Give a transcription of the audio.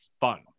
fun